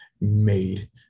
made